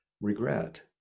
regret